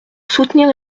soutenir